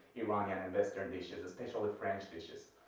iranian and western dishes, especially french dishes.